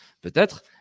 peut-être